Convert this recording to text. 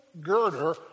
girder